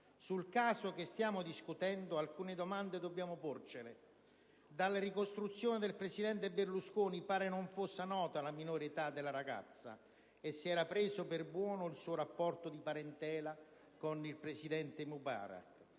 sul caso che stiamo discutendo alcune domande dobbiamo porcele. Dalla ricostruzione del presidente Berlusconi pare che non fosse nota la minore età della ragazza e che si fosse preso per buono il suo rapporto di parentela con il presidente Mubarak.